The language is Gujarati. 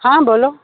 હા બોલો